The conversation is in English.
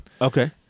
Okay